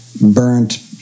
burnt